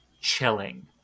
chilling